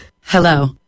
Hello